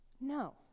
No